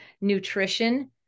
nutrition